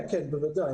כן, בוודאי.